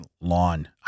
lawn